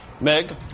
Meg